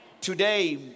Today